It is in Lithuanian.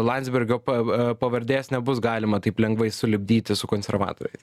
landsbergio pava pavardės nebus galima taip lengvai sulipdyti su konservatoriais